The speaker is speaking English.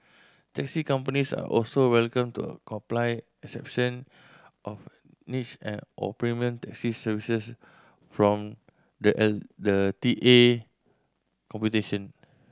taxi companies are also welcome to of niche and or premium taxi from the L the T A computation